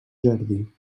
jardí